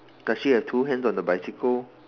does she have two hands on the bicycle